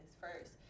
first